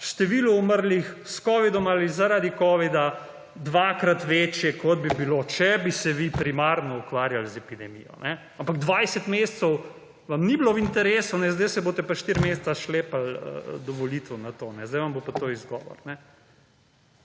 število umrlih s Covid-om ali zaradi Covid-a, dvakrat večje, kot bi bilo, če bi se vi primarno ukvarjal z epidemijo. Ampak 20 mesecev vam ni bilo v interesu, zdaj se boste pa 4 mesece »šlepal« do volitev na to. Zdaj vam bo pa to izgovor. Bom